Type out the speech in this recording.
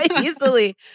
easily